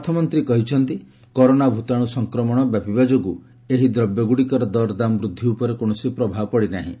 ଅର୍ଥମନ୍ତ୍ରୀ କହିଛନ୍ତି କରୋନା ଭୂତାଣୁ ସଂକ୍ରମଣ ବ୍ୟାପିବା ଯୋଗୁଁ ଏହାର ଦରଦାମ ବୃଦ୍ଧି ଉପରେ କୌଣସି ପ୍ରଭାବ ପଡ଼ିନାହିଁ